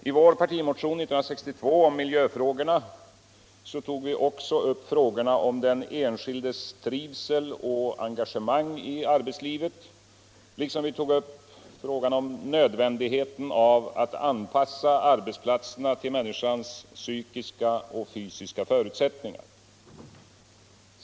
I vår partimotion år 1962 om miljöfrågorna tog vi också upp frågorna om den enskildes trivsel och engagemang i arbetslivet liksom nödvändigheten av att anpassa arrbetsplatserna till människans psykiska och fysiska förutsättningar.